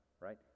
right